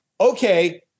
okay